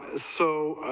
so